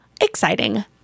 exciting